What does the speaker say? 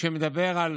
שמדבר על